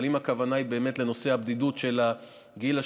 אבל אם הכוונה היא באמת לנושא הבדידות בגיל השלישי,